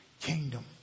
kingdom